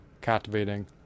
captivating